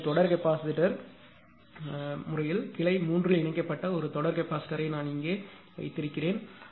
இப்போது தொடர் கெபாசிட்டர் யின் விஷயத்தில் கிளை 3 இல் இணைக்கப்பட்ட ஒரு தொடர் கெபாசிட்டர் யை நான் இங்கே வைத்திருக்கிறோம்